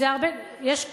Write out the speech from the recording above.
מה עם ה"איזי פארק"?